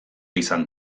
izan